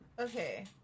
Okay